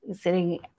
sitting